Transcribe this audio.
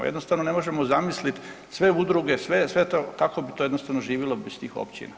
Jednostavno ne možemo zamisliti sve udruge, sve to kako bi to jednostavno živilo bez tih općina.